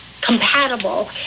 compatible